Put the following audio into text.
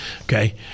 Okay